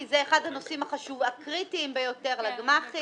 כי זה אחד הנושאים הקריטיים ביותר לגמ"חים.